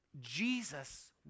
Jesus